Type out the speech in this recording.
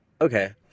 okay